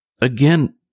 Again